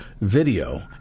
video